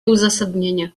uzasadnienie